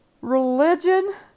religion